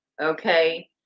okay